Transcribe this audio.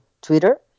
Twitter